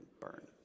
burn